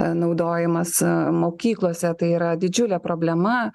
naudojimas mokyklose tai yra didžiulė problema